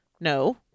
no